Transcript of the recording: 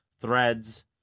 threads